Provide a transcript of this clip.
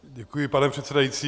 Děkuji, pane předsedající.